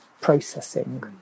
processing